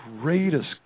greatest